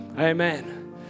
Amen